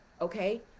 okay